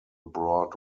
broad